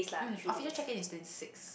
mm official check in is twenty six